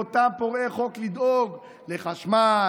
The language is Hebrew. לאותם פורעי חוק לדאוג לחשמל,